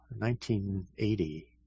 1980